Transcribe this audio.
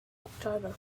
october